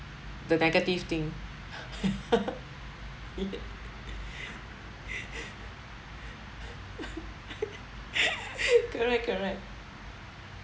the negative thing correct correct